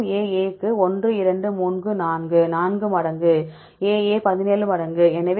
மொத்த AA க்காக 1 2 3 4 4 மடங்கு AA 17 மடங்கு